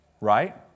Right